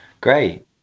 Great